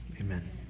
Amen